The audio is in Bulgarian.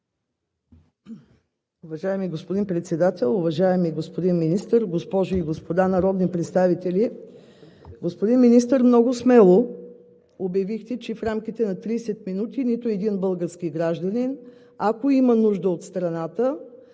Уважаеми господин Председател, уважаеми господин Министър, госпожи и господа народни представители! Господин Министър, много смело обявихте, че в рамките на 30 минути нито един български гражданин, ако има нужда от страната,